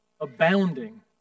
abounding